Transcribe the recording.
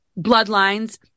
bloodlines